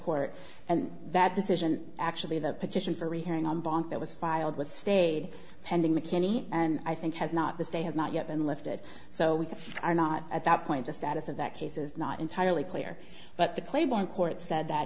court and that decision actually the petition for rehearing on bond that was filed with stayed pending mckinney and i think has not this day has not yet been lifted so we are not at that point the status of that case is not entirely clear but the claiborne court said that